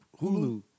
Hulu